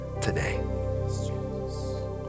today